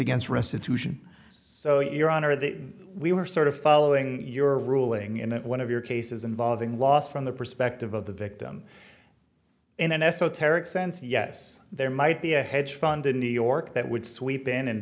against restitution so your honor that we were sort of following your ruling in one of your cases involving loss from the perspective of the victim in an esoteric sense yes there might be a hedge fund in new york that would sweep in and